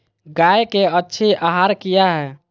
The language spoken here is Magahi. गाय के अच्छी आहार किया है?